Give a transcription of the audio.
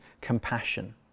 compassion